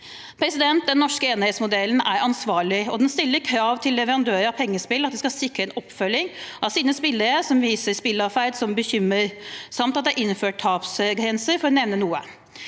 risikoen. Den norske enerettsmodellen er ansvarlig. Den stiller krav til leverandører av pengespill om at de skal sikre oppfølging av spillere som viser spilleatferd som bekymrer, samt at det er innført tapsgrenser, for å nevne noe.